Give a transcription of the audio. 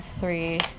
three